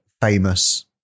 famous